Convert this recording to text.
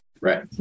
right